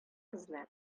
кызлар